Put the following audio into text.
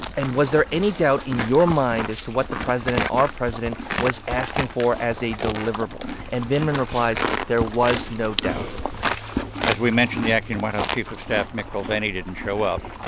and was there any doubt in your mind as to what the president, our president, was asking for as a deliverable? and vindman replies, there was no doubt as we mentioned, the acting white house chief of staff, mick mulvaney, didn't show up.